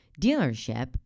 dealership